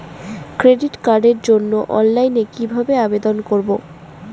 Credit কার্ডের জন্য অনলাইনে কিভাবে আবেদন করব?